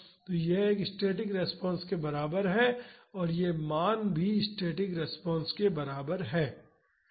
तो यह एक स्टैटिक रिस्पांस के बराबर है और यह मान भी स्टैटिक रिस्पांस के बराबर है